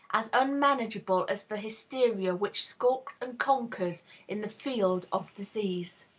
as unmanageable as the hysteria which skulks and conquers in the field of disease.